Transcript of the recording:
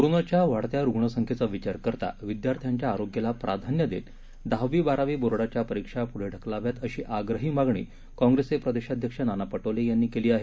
कोरोनाच्या वाढत्या रुग्णसंख्येचा विचार करता विद्यार्थ्यांच्या आरोग्याला प्राधान्य देत दहावी बारावी बोर्डाच्या परीक्षा पुढे ढकलाव्यात अशी आग्रही मागणी काँग्रेसचे प्रदेशाध्यक्ष नाना पटोले यांनी केली आहे